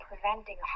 preventing